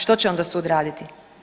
Što će onda sud raditi?